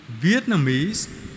Vietnamese